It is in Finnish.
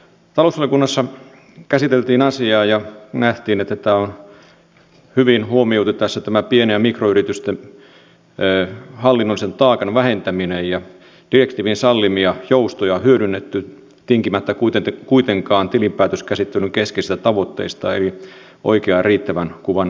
talousvaliokunnassa käsiteltiin asiaa ja nähtiin että tässä on hyvin huomioitu tämä pien ja mikroyritysten hallinnollisen taakan vähentäminen ja direktiivin sallimia joustoja hyödynnetty tinkimättä kuitenkaan tilinpäätöskäsittelyn keskeisistä tavoitteista eli oikean ja riittävän kuvan antamisesta